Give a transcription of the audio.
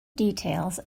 details